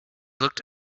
looked